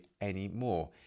anymore